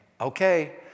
okay